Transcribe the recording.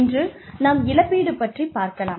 இன்று நாம் இழப்பீடு பற்றி பார்க்கலாம்